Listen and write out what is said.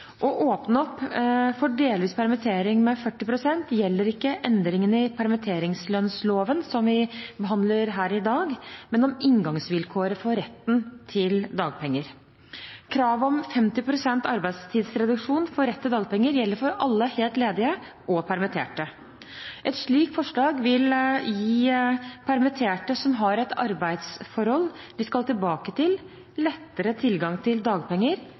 Å åpne opp for delvis permittering med 40 pst. gjelder ikke endringene i permitteringslønnsloven, som vi behandler her i dag, men inngangsvilkår for retten til dagpenger. Kravet om 50 pst. arbeidstidsreduksjon for rett til dagpenger gjelder for alle helt ledige og permitterte. Et slikt forslag vil gi permitterte som har et arbeidsforhold de skal tilbake til, lettere tilgang til dagpenger